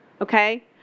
Okay